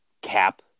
Cap